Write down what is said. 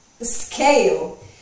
scale